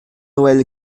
noël